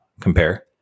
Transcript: compare